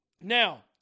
Now